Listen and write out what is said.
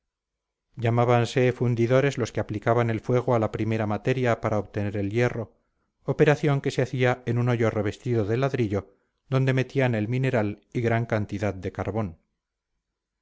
arotza llamábanse fundidores los que aplicaban el fuego a la primera materia para obtener el hierro operación que se hacía en un hoyo revestido de ladrillo donde metían el mineral y gran cantidad de carbón